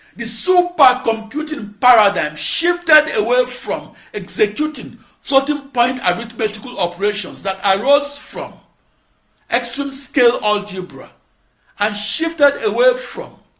the supercomputing paradigm shifted away from executing floating-point arithmetical operations that arose from extreme-scale algebra and shifted away from